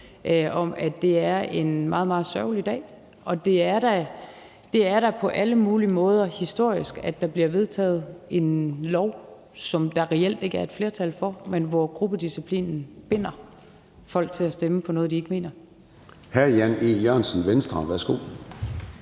i, at det er en meget, meget sørgelig dag. Det er da på alle mulige måder historisk, at der bliver vedtaget en lov, som der reelt ikke er et flertal for, men hvor gruppedisciplinen binder folk til at stemme for noget, de ikke mener.